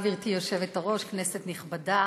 גברתי היושבת-ראש, כנסת נכבדה,